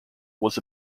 was